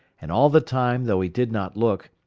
and all the time, though he did not look,